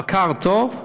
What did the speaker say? בקר, טוב?